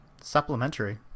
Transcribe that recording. Supplementary